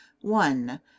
one